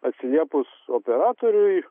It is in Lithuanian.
atsiliepus operatoriui